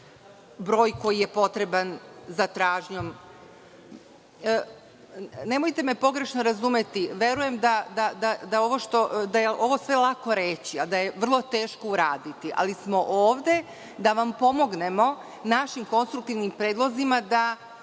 broj koji je potreban. Nemojte me pogrešno razumeti, verujem da je ovo sve lako reći, a da je vrlo teško uraditi, ali smo ovde da vam pomognemo našim konstruktivnim predlozima, da